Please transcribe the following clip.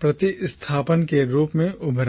प्रतिस्थापन के रूप में उभरा